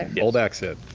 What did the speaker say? and old axe-head.